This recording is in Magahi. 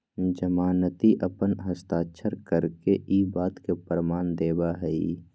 जमानती अपन हस्ताक्षर करके ई बात के प्रमाण देवा हई